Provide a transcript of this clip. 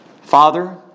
Father